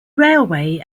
railway